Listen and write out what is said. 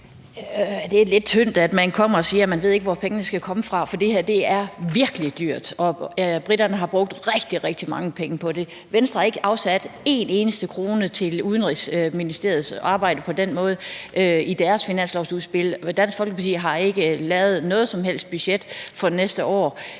Det er lidt tyndt, at man kommer og siger, at man ikke ved, hvor pengene skal komme fra, for det her er virkelig dyrt; briterne har brugt rigtig, rigtig mange penge på det. Venstre har ikke afsat en eneste krone til Udenrigsministeriets arbejde i deres finanslovsudspil. Dansk Folkeparti har ikke lavet noget som helst budget for næste år.